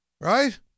Right